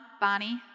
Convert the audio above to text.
Bonnie